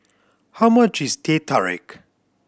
how much is Teh Tarik